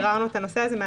כן.